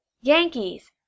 Yankees